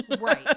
Right